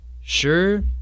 Sure